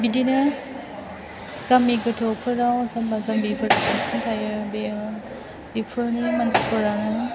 बिदिनो गामि गोथौफोराव जाम्बा जाम्बिफोर बांसिन थायो बे बेफोरनि मानसिफोरानो